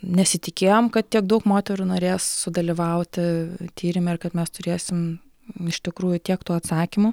nesitikėjom kad tiek daug moterų norės sudalyvauti tyrime ir kad mes turėsim iš tikrųjų tiek tų atsakymų